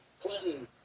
Clinton